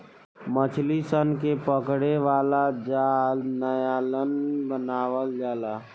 मछली सन के पकड़े वाला जाल नायलॉन बनावल जाला